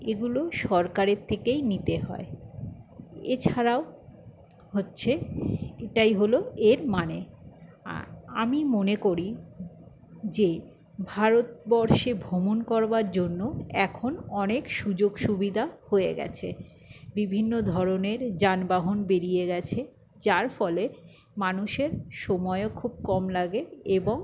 এগুলো সরকারের থেকেই নিতে হয় এছাড়াও হচ্ছে এটাই হলো এর মানে আমি মনে করি যে ভারতবর্ষে ভ্ৰমণ করবার জন্য এখন অনেক সুযোগ সুবিদা হয়ে গেছে বিভিন্ন ধরনের যানবাহন বেরিয়ে গেছে যার ফলে মানুষের সময়ও খুব কম লাগে এবং